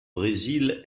brésil